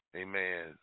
amen